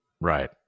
Right